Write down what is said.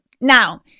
Now